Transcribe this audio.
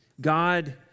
God